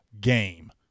game